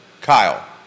Kyle